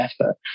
effort